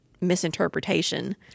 misinterpretation